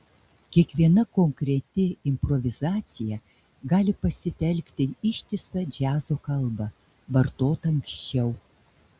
kiekviena konkreti improvizacija gali pasitelkti ištisą džiazo kalbą vartotą anksčiau